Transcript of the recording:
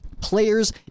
players